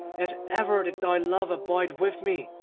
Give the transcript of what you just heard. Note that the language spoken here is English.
yet ever did thy love abide with me,